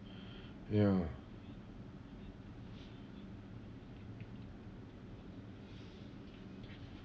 ya